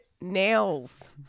nails